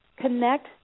connect